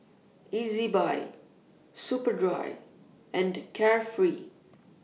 Ezbuy Superdry and Carefree